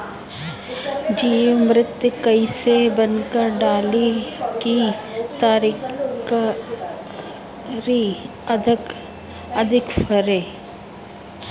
जीवमृत कईसे बनाकर डाली की तरकरी अधिक फरे?